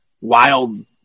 wild